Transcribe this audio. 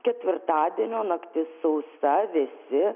ketvirtadienio naktis sausa vėsi